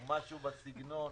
או משהו בסגנון הזה.